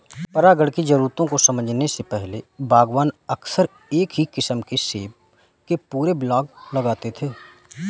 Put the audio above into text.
परागण की जरूरतों को समझने से पहले, बागवान अक्सर एक ही किस्म के सेब के पूरे ब्लॉक लगाते थे